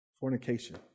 fornication